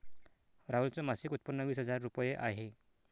राहुल च मासिक उत्पन्न वीस हजार रुपये आहे